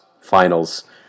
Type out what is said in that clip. finals